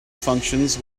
functions